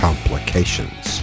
Complications